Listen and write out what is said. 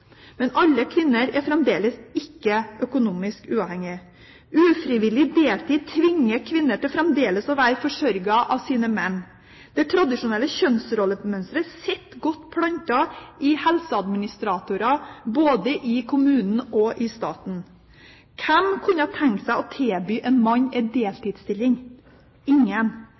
Men alle kvinner er fremdeles ikke økonomisk uavhengige. Ufrivillig deltid tvinger kvinner til fremdeles å være forsørget av sine menn. Det tradisjonelle kjønnsrollemønsteret sitter godt plantet i helseadministratorer både i kommuner og stat. Hvem kunne tenke seg å tilby en mann en deltidsstilling? Ingen.